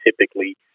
typically